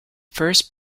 first